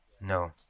No